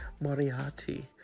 Moriarty